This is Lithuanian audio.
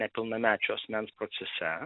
nepilnamečio asmens procese